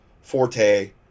Forte